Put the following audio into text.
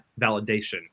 validation